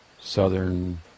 southern